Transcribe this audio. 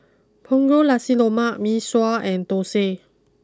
Punggol Nasi Lemak Mee Sua and Thosai